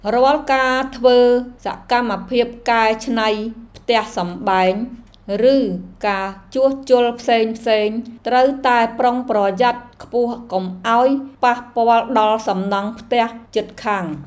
រាល់ការធ្វើសកម្មភាពកែច្នៃផ្ទះសម្បែង ឬការជួសជុលផ្សេងៗត្រូវតែប្រុងប្រយ័ត្នខ្ពស់កុំឱ្យប៉ះពាល់ដល់សំណង់ផ្ទះជិតខាង។